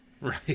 Right